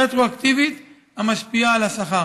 רטרואקטיבית, המשפיעה על השכר.